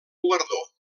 guardó